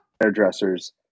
hairdressers